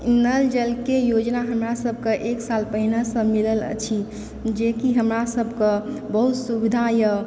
नल जल के योजना हमरा सबके एक साल पहिने से मिलल अछि जेकि हमरा सबके बहुत सुविधा यऽ